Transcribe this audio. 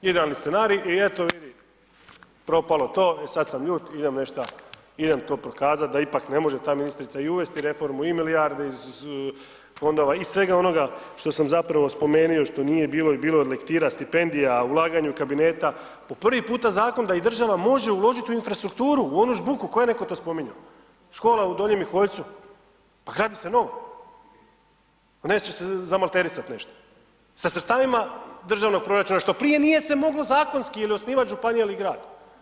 Idealni scenarij i eto, vidi propalo to, e sad sam ljut, idem nešto, idemo to prokazat da ipak ne može ta ministrica i uvesti i reformu i milijarde iz fondova i svega onoga što sam zapravo spomenuo, što nije bilo i bilo od lektira, stipendija, ulaganja u kabineta, po prvi puta zakon da i država može uložiti u onu infrastrukturu, u onu žbuku koju je netko tu spominjao, škola u Donjem Miholjcu, pa gradi se nova, neće se zamalterisat nešto sa sredstvima državnog proračuna šta prije nije se moglo zakonski ili osnivač županije ili grad.